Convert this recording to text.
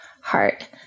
heart